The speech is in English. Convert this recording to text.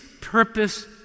purpose